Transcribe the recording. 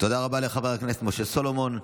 תודה רבה לחבר הכנסת משה סולומון.